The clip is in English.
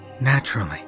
naturally